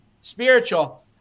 spiritual